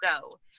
go